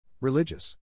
Religious